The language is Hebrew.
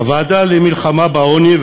הוועדה למלחמה בעוני,